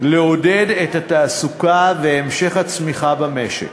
לעודד את התעסוקה והמשך הצמיחה במשק.